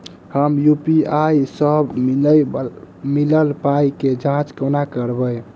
हम यु.पी.आई सअ मिलल पाई केँ जाँच केना करबै?